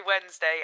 Wednesday